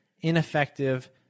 ineffective